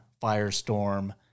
firestorm